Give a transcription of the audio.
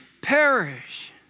perish